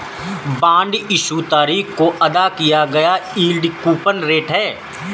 bond issue तारीख को अदा किया गया यील्ड कूपन रेट है